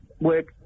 work